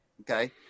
okay